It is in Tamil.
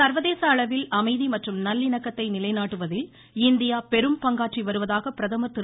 சா்வதேச அளவில் அமைதி மற்றும் நல்லிணக்கத்தை நிலைநாட்டுவதில் இந்தியா பெரும் பங்காற்றி வருவதாக பிரதமர் திரு